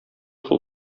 шул